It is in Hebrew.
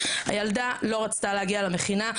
הילדה לא רצתה להגיע למכינה,